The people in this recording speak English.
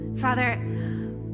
Father